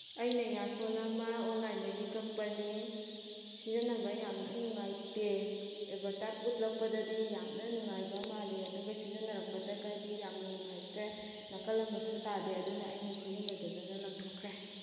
ꯑꯩꯅ ꯑꯦꯌꯥꯔꯐꯣꯜ ꯑꯃ ꯑꯣꯟꯂꯥꯏꯟꯗꯒꯤ ꯀꯛꯄꯅꯤ ꯁꯤꯖꯤꯟꯅꯕ ꯌꯥꯝꯅ ꯅꯨꯡꯉꯥꯏꯇꯦ ꯑꯦꯗꯚꯔꯇꯥꯏꯞ ꯎꯠꯂꯛꯄꯗꯗꯤ ꯌꯥꯝꯅ ꯅꯨꯡꯉꯥꯏꯕ ꯃꯥꯜꯂꯦ ꯑꯗꯨꯒ ꯁꯤꯖꯤꯟꯅꯔꯛꯄꯗꯗꯤ ꯌꯥꯝꯅ ꯅꯨꯡꯉꯥꯏꯇ꯭ꯔꯦ ꯅꯥꯀꯜ ꯑꯃꯁꯨ ꯇꯥꯗꯦ ꯑꯗꯨꯅ ꯑꯩꯅ ꯁꯤꯖꯤꯟꯅꯗꯗꯅ ꯂꯪꯊꯣꯛꯈ꯭ꯔꯦ